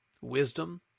wisdom